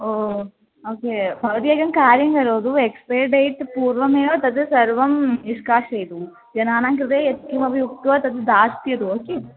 ओ okay भवती एकं कार्यं करोतु एक्स्पैर् डेट् पूर्वमेव तद् सर्वं निष्कासयतु जनानां कृते यत्किमपि उक्त्वा तद् दास्यतु ओके